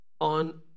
on